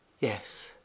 Yes